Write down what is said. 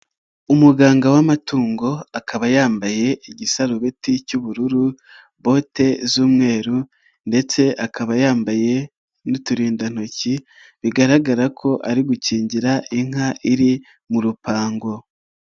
Umuganga w'amatungo akaba yambaye igisarubeti cy'ubururu, bote z'umweru ndetse akaba yambaye n'uturindantoki bigaragara ko ari gukingira inka iri mu rupango.